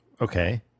Okay